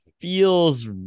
feels